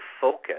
focus